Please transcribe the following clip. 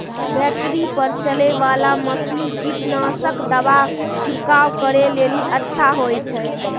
Battery पर चलै वाला मसीन कीटनासक दवा छिड़काव करै लेली अच्छा होय छै?